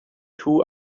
two